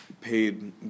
paid